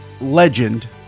legend